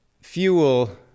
fuel